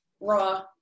raw